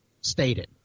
stated